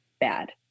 bad